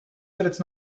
that’s